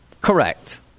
correct